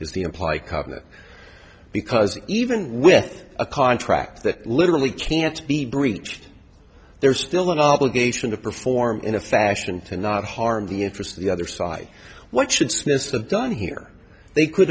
the apply covenant because even with a contract that literally can't be breached there's still an obligation to perform in a fashion to not harm the interest of the other side what should snus have done here they could